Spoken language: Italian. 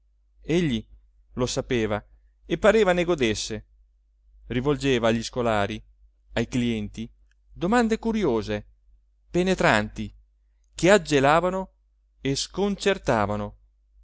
egli lo sapeva e pareva ne godesse rivolgeva agli scolari ai clienti domande curiose penetranti che aggelavano e sconcertavano